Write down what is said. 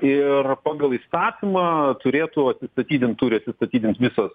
ir pagal įstatymą turėtų atsistatydint turi atsistatydint visas